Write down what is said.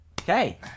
Okay